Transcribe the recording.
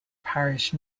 parish